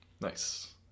nice